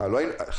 אה, לא?